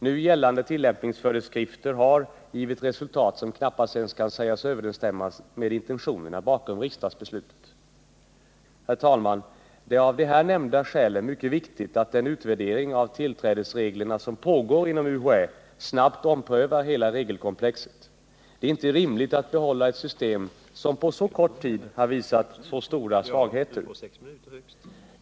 Nu gällande tillämpningsföreskrifter har givit resultat som knappast ens kan sägas överensstämma med intentionerna bakom riksdagsbeslutet. Herr talman! Det är av de här nämnda skälen mycket viktigt att den utvärdering av tillträdesreglerna som pågår inom UHÄ leder till en snabb omprövning av hela regelkomplexet. Det är inte rimligt att behålla ett system som på så kort tid har visat så stora svagheter.